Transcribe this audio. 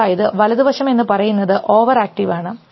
അതായത് വലതുവശം എന്നുപറയുന്നത് ഓവർ ആക്ടീവ് ആണ്